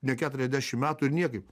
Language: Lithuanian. ne keturiasdešim metų ir niekaip